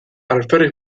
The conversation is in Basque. alferrik